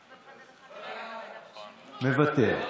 מוותר.